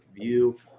view